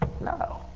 No